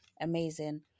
amazing